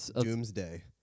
doomsday